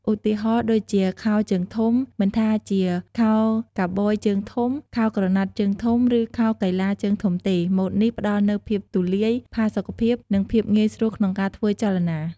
ឧទាហរណ៍ដូចជា ខោជើងធំ មិនថាជាខោកាប៊យជើងធំ ខោក្រណាត់ជើងធំ ឬខោកីឡាជើងធំទេ ម៉ូដនេះផ្ដល់នូវភាពទូលាយ ផាសុកភាព និងភាពងាយស្រួលក្នុងការធ្វើចលនា។